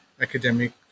academic